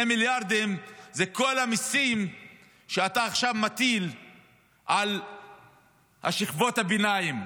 2 מיליארד זה כל המיסים שאתה עכשיו מטיל על שכבות הביניים,